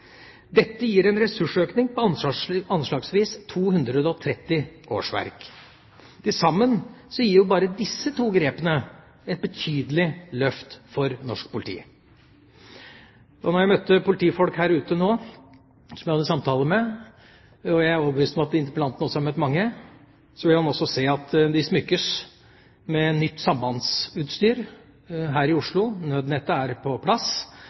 Dette gir en ressursøkning på anslagsvis 230 årsverk. Til sammen gir jo bare disse to grepene et betydelig løft for norsk politi. Jeg møtte politifolk her ute nå, som jeg hadde samtaler med, og jeg er overbevist om at interpellanten også har møtt mange. De smykkes med nytt sambandsutstyr her i Oslo. Nødnettet er på plass.